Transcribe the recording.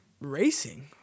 Racing